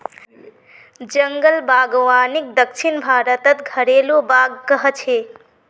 जंगल बागवानीक दक्षिण भारतत घरेलु बाग़ कह छे